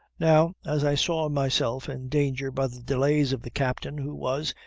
now, as i saw myself in danger by the delays of the captain, who was,